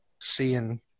seeing